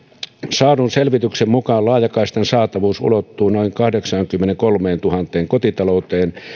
saadun selvityksen mukaan laajakaistan saatavuus ulottuu noin kahdeksaankymmeneenkolmeentuhanteen kotitalouteen